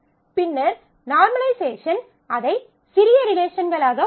பின்னர் நார்மலைசேஷன் அதை சிறிய ரிலேஷன்களாக உடைக்கும்